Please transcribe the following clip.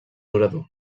orador